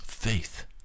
faith